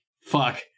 fuck